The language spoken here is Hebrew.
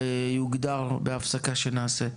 ויוגדרו בהפסקה שנעשה.